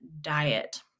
diet